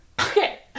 okay